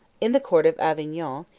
in the court of avignon,